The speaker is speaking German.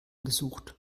gesucht